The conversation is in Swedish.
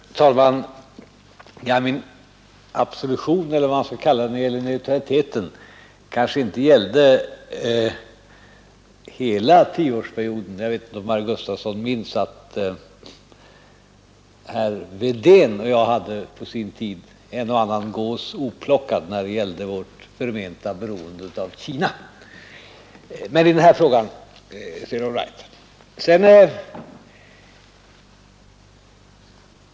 Herr talman! Min absolution, eller vad man nu skall kalla det, i fråga om folkpartiets inställning till neutraliteten kanske inte gällde hela tioårsperioden — jag vet inte om herr Gustafson i Göteborg minns att herr Wedén och jag på sin tid hade en och annan gås oplockad Nr 137 beträffande vårt förmenta beroende av Kina. Men i den här frågan är det Torsdagen den all right.